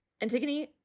Antigone